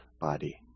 body